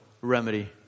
remedy